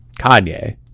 Kanye